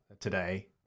today